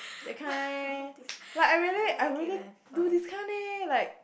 that kind like I really I really do this kind eh like